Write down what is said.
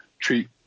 treat